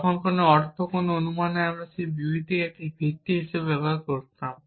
যার অর্থ কোন অনুমানে যে আমি সেই বিবৃতিটিকে একটি ভিত্তি হিসাবে ব্যবহার করতাম